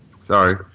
Sorry